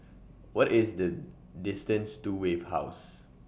What IS The distance to Wave House